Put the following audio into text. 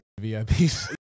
VIPs